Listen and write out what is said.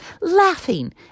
laughing